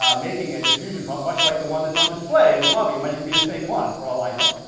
um making a diffusion pump much like the one that's on display in the lobby, it might even be the same one for all i know,